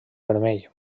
vermell